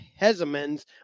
Hesemans